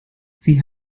sie